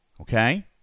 Okay